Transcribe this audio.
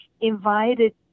invited